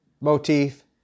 motif